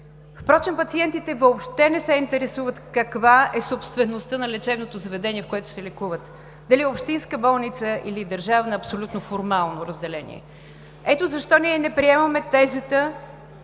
проблем. Пациентите въобще не се интересуват каква е собствеността на лечебното заведение, в което се лекуват – дали е общинска болница, или държавна е абсолютно формално разделение. Ето защо ние не приемаме тезата,